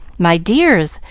my dears!